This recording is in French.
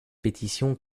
pétitions